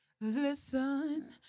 Listen